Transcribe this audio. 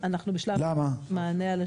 אנחנו בשלב מענה על השאלות?